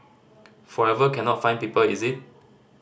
forever cannot find people is it